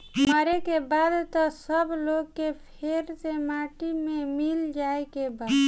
मरे के बाद त सब लोग के फेर से माटी मे मिल जाए के बा